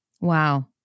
Wow